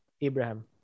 Abraham